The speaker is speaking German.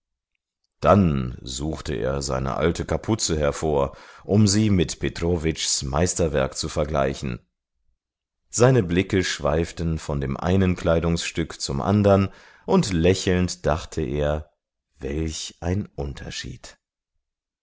dann suchte er seine alte kapuze hervor um sie mit petrowitschs meisterwerk zu vergleichen seine blicke schweiften von dem einen kleidungsstück zum andern und lächelnd dachte er welch ein unterschied